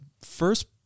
first